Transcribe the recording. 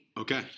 Okay